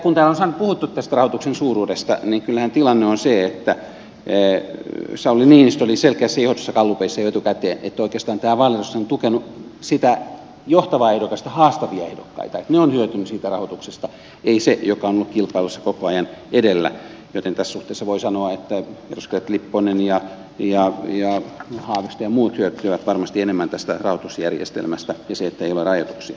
kun täällä on puhuttu tästä rahoituksen suuruudesta niin kyllähän tilanne on se että sauli niinistö oli selkeässä johdossa gallupeissa jo etukäteen että oikeastaan tämä vaalirahoitus on tukenut sitä johtavaa ehdokasta haastavia ehdokkaita että ne ovat hyötyneet siitä rahoituksesta ei se joka on ollut kilpailussa koko ajan edellä joten tässä suhteessa voi sanoa että edustajat lipponen ja haavisto ja muut hyötyivät varmasti enemmän tästä rahoitusjärjestelmästä ja siitä ettei ole rajoituksia